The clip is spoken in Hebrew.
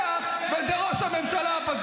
נבו, נבו, הוא, אושר שקלים, מגן על ראש הממשלה.